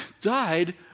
died